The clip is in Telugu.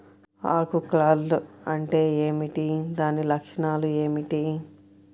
ఆకు కర్ల్ అంటే ఏమిటి? దాని లక్షణాలు ఏమిటి?